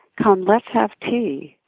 come, let's have tea,